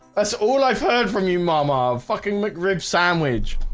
that's all i've heard from you mama fucking mcrib sandwich